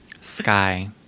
sky